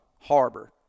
harbor